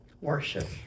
worship